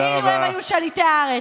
כאילו הם היו שליטי הארץ.